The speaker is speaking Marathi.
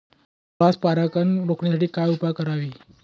क्रॉस परागकण रोखण्यासाठी काय उपाय करावे?